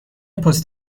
پست